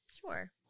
Sure